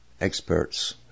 experts